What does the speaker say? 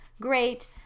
great